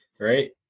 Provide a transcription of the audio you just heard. Right